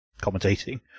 commentating